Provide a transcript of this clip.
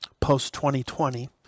post-2020